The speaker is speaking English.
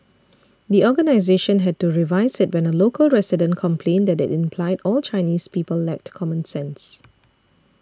the organisation had to revise it when a local resident complained that it implied all Chinese people lacked common sense